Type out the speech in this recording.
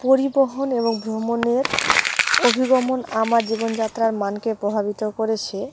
পরিবহন এবং ভ্রমণের অভিগমন আমার জীবনযাত্রার মানকে প্রভাবিত করেছে